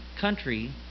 country